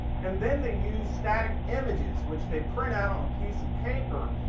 and then they use static images, which they print out on a piece of paper,